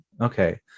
Okay